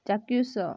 ଚାକ୍ଷୁଷ